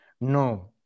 No